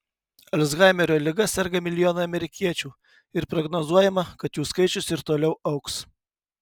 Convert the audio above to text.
alzhaimerio liga serga milijonai amerikiečių ir prognozuojama kad jų skaičius ir toliau augs